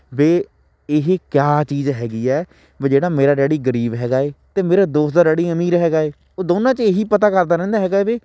ਵੀ ਇਹੀ ਕਿਆ ਚੀਜ਼ ਹੈਗੀ ਹੈ ਵੀ ਜਿਹੜਾ ਮੇਰਾ ਡੈਡੀ ਗਰੀਬ ਹੈਗਾ ਹੈ ਅਤੇ ਮੇਰੇ ਦੋਸਤ ਦਾ ਡੈਡੀ ਅਮੀਰ ਹੈਗਾ ਹੈ ਉਹ ਦੋਨਾਂ 'ਚ ਇਹੀ ਪਤਾ ਕਰਦਾ ਰਹਿੰਦਾ ਹੈਗਾ ਹੈ ਵੀ